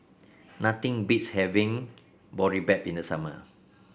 nothing beats having Boribap in the summer